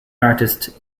artist